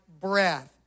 breath